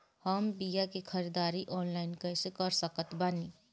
हम बीया के ख़रीदारी ऑनलाइन कैसे कर सकत बानी?